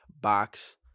box